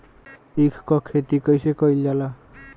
ईख क खेती कइसे कइल जाला?